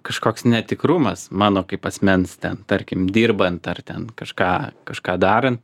kažkoks netikrumas mano kaip asmens ten tarkim dirbant ar ten kažką kažką darant